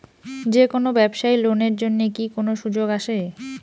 যে কোনো ব্যবসায়ী লোন এর জন্যে কি কোনো সুযোগ আসে?